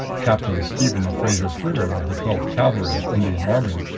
captain stephen fraser-freer, of the twelfth cavalry, indian army,